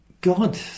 God